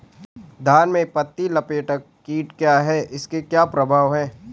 धान में पत्ती लपेटक कीट क्या है इसके क्या प्रभाव हैं?